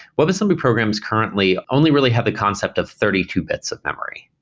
webassembly programs currently only really have the concept of thirty two bits of memory.